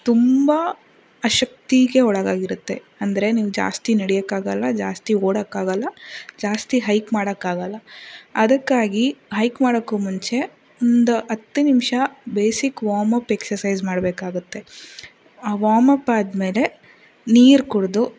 ತುಂಬ ಅಶಕ್ತಿಗೆ ಒಳಾಗಾಗಿರತ್ತೆ ಅಂದರೆ ನೀವು ಜಾಸ್ತಿ ನಡೆಯಕ್ಕಾಗಲ್ಲ ಜಾಸ್ತಿ ಓಡೋಕ್ಕಾಗಲ್ಲ ಜಾಸ್ತಿ ಹೈಕ್ ಮಾಡೋಕ್ಕಾಗಲ್ಲ ಅದಕ್ಕಾಗಿ ಹೈಕ್ ಮಾಡಕ್ಕೂ ಮುಂಚೆ ಒಂದು ಹತ್ತು ನಿಮಿಷ ಬೇಸಿಕ್ ವಾಮಪ್ ಎಕ್ಸರ್ಸೈಸ್ ಮಾಡಬೇಕಾಗತ್ತೆ ವಾಮಪ್ ಆದಮೇಲೆ ನೀರು ಕುಡಿದು